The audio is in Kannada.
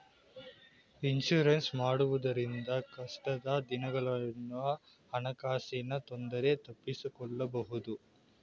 ಇನ್ಸೂರೆನ್ಸ್ ಮಾಡಿಸುವುದರಿಂದ ಕಷ್ಟದ ದಿನಗಳನ್ನು ಹಣಕಾಸಿನ ತೊಂದರೆ ತಪ್ಪಿಸಿಕೊಳ್ಳಬಹುದು